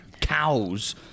cows